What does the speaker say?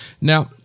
Now